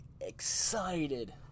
Excited